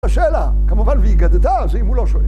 השאלה, כמובן והיא גדדה, זה אם הוא לא שואל